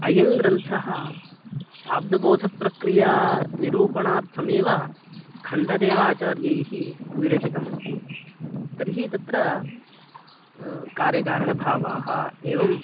अयङ्ग्रन्थः शाब्दबोधप्रक्रियानिरूपणार्थमेव खण्डदेव आचार्यैः विरचितमस्ति तर्हि तत्र कार्यकारणभावाः एवं